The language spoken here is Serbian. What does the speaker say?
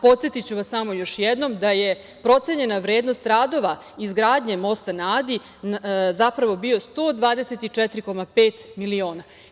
Podsetiću vas samo još jednom da je procenjena vrednost radova izgradnje mosta na Adi zapravo bila 124,5 miliona.